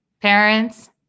parents